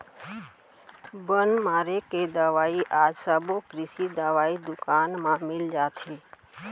बन मारे के दवई आज सबो कृषि दवई दुकान म मिल जाथे